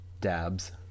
Dabs